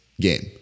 game